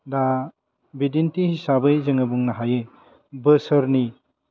दा बिदिन्थि हिसाबै जोङो बुंनो हायो बोसोरनि